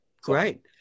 great